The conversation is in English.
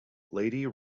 lady